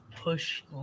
push